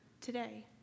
today